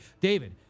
David